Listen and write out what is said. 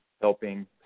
helping